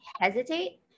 hesitate